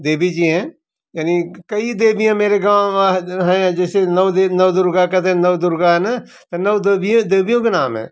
देवी जी हैं यानी कई देवियाँ मेरे गाँव है जैसे नौ नवदुर्गा का दिन नव दुर्गा है न नव देवियों के नाम है